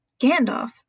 Gandalf